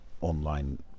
online